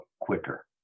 quicker